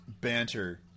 banter